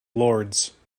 lords